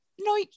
No